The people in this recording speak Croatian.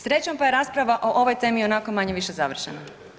Srećom pa je rasprava o ovoj temi ionako manje-više završena.